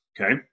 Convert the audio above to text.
okay